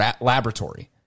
laboratory